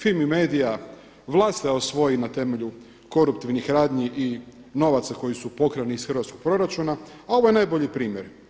FIMI Media, vlast se osvoji na temelju koruptivnih radnji i novaca koji su pokrani iz hrvatskog proračuna, a ovo je najbolji primjer.